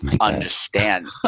understand